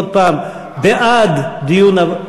עוד פעם, בעד דיון,